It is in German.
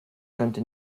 könnte